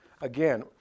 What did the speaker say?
Again